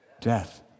death